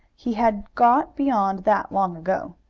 he had got beyond that long ago.